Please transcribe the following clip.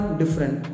different